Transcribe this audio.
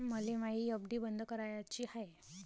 मले मायी एफ.डी बंद कराची हाय